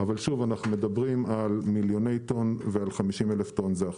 אבל שוב אנחנו מדברים על מיליוני טון ו-50,000 טון זה 1%,